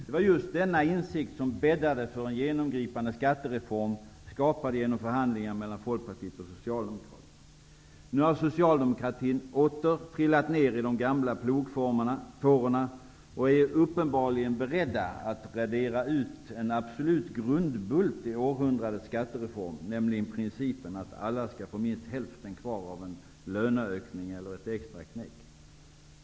Det var just denna insikt som bäddade för en genomgripande skattereform, skapad genom förhandlingar mellan Folkpartiet och Nu har socialdemokratin åter trillat ner i de gamla plogfårorna och man är uppenbarligen beredd att radera ut en absolut grundbult i århundradets skattereform, nämligen principen att alla skall få minst hälften kvar av en löneökning eller ett extraknäck.